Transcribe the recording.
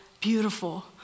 beautiful